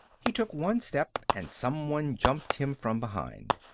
he took one step and someone jumped him from behind.